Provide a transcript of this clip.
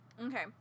Okay